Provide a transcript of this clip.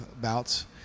bouts